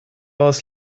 aus